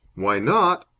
why not?